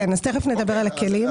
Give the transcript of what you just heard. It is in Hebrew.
תכף נדבר על הכלים.